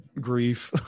grief